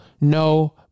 no